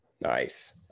nice